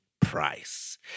price